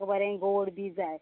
बरें गोड बी जाय